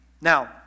Now